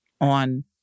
on